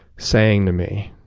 saying to me,